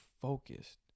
focused